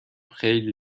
خیلی